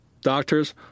doctors